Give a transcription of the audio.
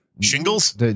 Shingles